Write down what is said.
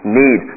need